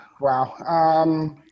Wow